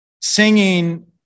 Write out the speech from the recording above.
singing